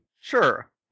Sure